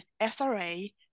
SRA